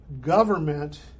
government